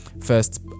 first